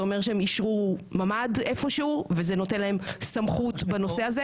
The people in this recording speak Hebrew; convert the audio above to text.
זה אומר שהם אישרו ממ"ד איפה שהוא וזה נותן להם סמכות בנושא הזה?